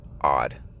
odd